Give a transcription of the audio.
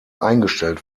eingestellt